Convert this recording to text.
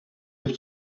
hebt